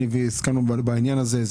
נירה ואני הסכמנו בעניין הזה.